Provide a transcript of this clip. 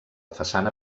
façana